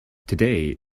today